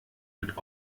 wird